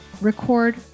Record